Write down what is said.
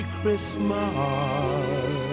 Christmas